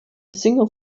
single